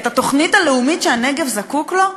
את התוכנית הלאומית שהנגב זקוק לה?